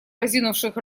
разинувших